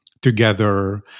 Together